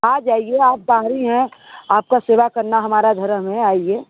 आ जाइए आप बाहरी हैं आपकी सेवा करना हमारा धर्म है आइए